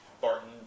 Barton